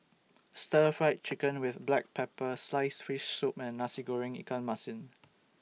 Stir Fried Chicken with Black Pepper Slice Fish Soup and Nasi Goreng Ikan Masin